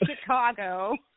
Chicago